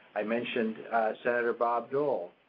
i mentioned senator bob dole.